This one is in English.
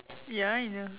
ya I know